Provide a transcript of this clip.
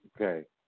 Okay